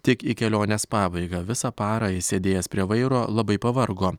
tik į kelionės pabaigą visą parą išsėdėjęs prie vairo labai pavargo